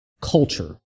culture